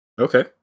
Okay